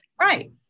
Right